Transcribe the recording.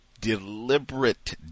deliberate